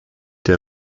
der